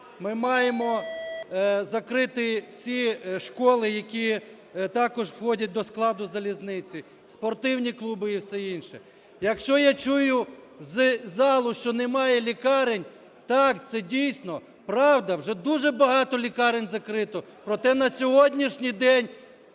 ми маємо закрити всі школи, які також входять до складу залізниці, спортивні клуби і все інше. Якщо я чую з залу, що немає лікарень, так, це дійсно правда, вже дуже багато лікарень закрито, проте на сьогоднішній день